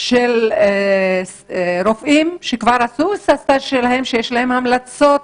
של רופאים שכבר עברו סטאז' ויש להם המלצות